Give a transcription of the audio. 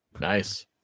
Nice